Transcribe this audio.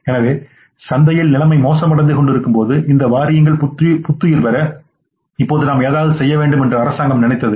எனவே சந்தையில் நிலைமை மோசமடைந்து கொண்டிருக்கும் போது இந்த வாரியங்கள் புத்துயிர் பெற இப்போது நாம் ஏதாவது செய்ய வேண்டும் என்று அரசாங்கம் நினைத்தது